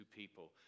people